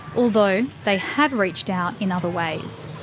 although they have reached out in other ways.